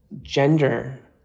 gender